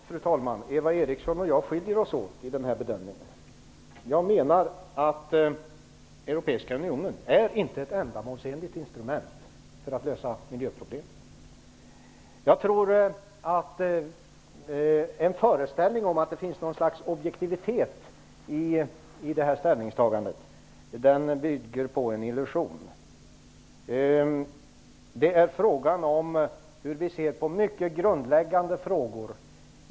Fru talman! Eva Eriksson och jag skiljer oss åt i bedömningen. Jag menar att Europeiska unionen inte är ett ändamålsenligt instrument för att lösa miljöproblemen. Jag tror att föreställningen om att det finns objektivitet i ställningstagandet bygger på en illusion. Frågan gäller hur vi ser på grundläggande frågor.